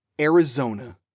Arizona